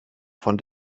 von